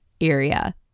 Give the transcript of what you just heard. area